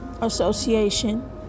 Association